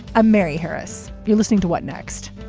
ah mary harris, you're listening to what next.